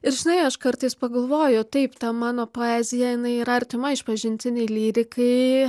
ir žinai aš kartais pagalvoju taip ta mano poezija jinai yra artima išpažintinei lyrikai